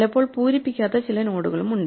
ചിലപ്പോൾ പൂരിപ്പിക്കാത്ത ചില നോഡുകളും ഉണ്ട്